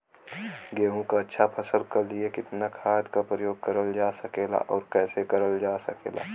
गेहूँक अच्छा फसल क लिए कितना खाद के प्रयोग करल जा सकेला और कैसे करल जा सकेला?